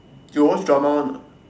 you got watch drama one or not